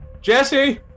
Jesse